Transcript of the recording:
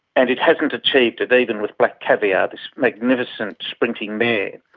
and it hasn't achieved it even with black caviar, this magnificent sprinting mare.